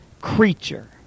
creature